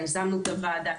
יזמנו את הוועדה.